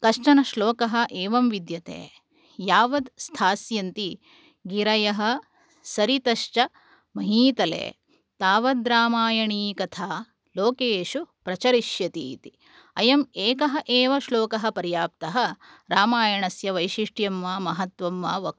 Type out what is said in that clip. कश्चन श्लोकः एवं विद्यते यावत् स्थास्यन्ति गिरयः सरितश्च महीतले तावद् रामायणीकथा लोकेषु प्रचरिष्यतीति अयम् एकः एव श्लोकः पर्याप्तः रामायणस्य वैशिष्ट्यं वा महत्त्वं वा वक्तुम्